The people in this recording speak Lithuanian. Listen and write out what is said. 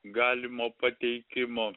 galimo pateikimo